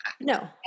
No